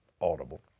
audible